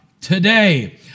today